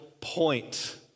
point